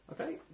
Okay